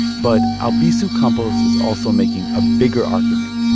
but albizu campos is also making a bigger argument,